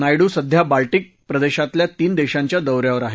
नायडू सध्या बाल्टीक प्रदेशातल्या तीन देशांच्या दौ यावर आहेत